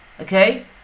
okay